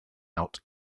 out